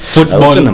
Football